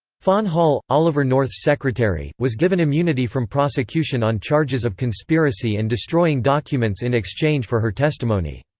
fawn hall, oliver north's secretary, was given immunity from prosecution on charges of conspiracy and destroying documents in exchange for her testimony.